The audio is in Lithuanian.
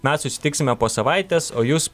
mes susitiksime po savaitės o jus